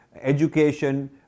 education